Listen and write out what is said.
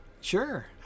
Sure